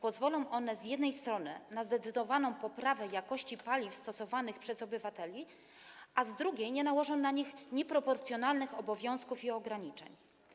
Pozwolą one z jednej strony na zdecydowaną poprawę jakości paliw stosowanych przez obywateli, a z drugiej strony nie nałożą na nich nieproporcjonalnych obowiązków i ograniczeń.